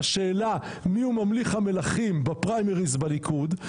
על השאלה מיהו ממליך המלכים בפריימריז בליכוד,